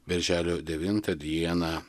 birželio devintą dieną